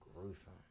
gruesome